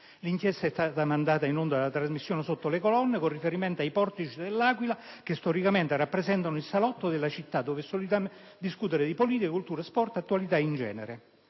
L'inchiesta è stata mandata in onda dalla trasmissione "Sotto le colonne", con riferimento ai portici dell'Aquila che storicamente rappresentano il salotto della città dove solitamente si discute di politica, cultura, sport ed attualità in genere.